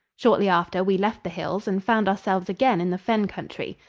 shortly after, we left the hills and found ourselves again in the fen country.